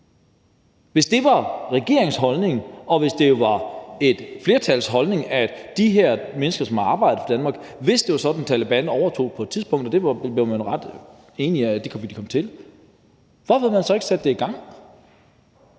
Hvis det var regeringens holdning, og hvis det var et flertals holdning, at de her mennesker, som har arbejdet for Danmark, skulle hertil, hvis det var sådan, at Taleban på et tidspunkt overtog – og det var man jo ret enige om de ville komme til – hvorfor havde man så ikke sat det i gang?